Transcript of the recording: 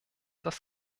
das